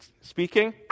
speaking